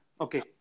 okay